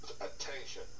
attention